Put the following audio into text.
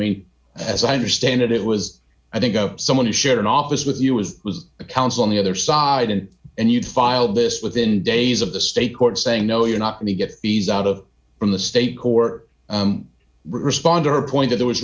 mean as i understand it it was i think of someone who shared an office with you was was a counsel on the other side and and you'd file this within days of the state court saying no you're not going to get these out of from the state court responder point that there was